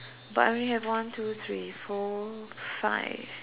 but I only have one two three four five